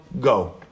go